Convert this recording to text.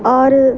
ஆறு